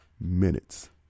minutes